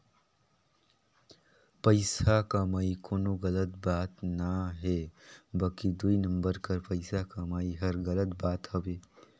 पइसा कमई कोनो गलत बात ना हे बकि दुई नंबर कर पइसा कमई हर गलत बात हवे